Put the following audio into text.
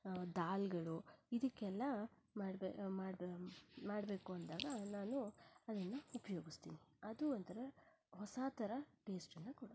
ದಾಲ್ಗಳು ಇದಕ್ಕೆಲ್ಲಾ ಮಾಡ್ಬೇ ಮಾಡ್ಬೇ ಮಾಡ್ಬೇಕು ಅಂದಾಗ ನಾನು ಅದನ್ನು ಉಪಯೋಗಿಸ್ತೀನಿ ಅದು ಒಂಥರ ಹೊಸ ಥರ ಟೇಸ್ಟ್ ಅನ್ನು ಕೊಡುತ್ತೆ